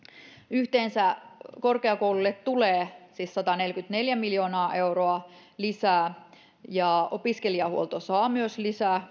yhteensä korkeakouluille tulee siis sataneljäkymmentäneljä miljoonaa euroa lisää ja korkeakoulujen opiskelijahuolto saa myös lisää